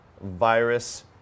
virus